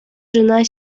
жена